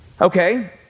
Okay